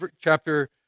chapter